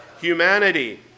humanity